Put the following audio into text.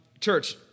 Church